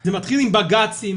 זה מתחיל עם בגצים,